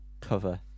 cover